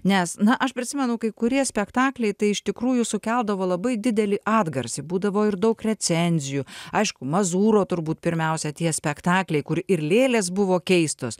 nes na aš prisimenu kai kurie spektakliai tai iš tikrųjų sukeldavo labai didelį atgarsį būdavo ir daug recenzijų aišku mazūro turbūt pirmiausia tie spektakliai kur ir lėlės buvo keistos